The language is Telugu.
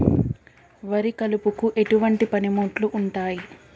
వరి కలుపుకు ఎటువంటి పనిముట్లు ఉంటాయి?